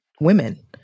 women